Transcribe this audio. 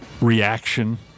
reaction